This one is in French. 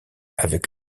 avec